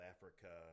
Africa